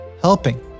helping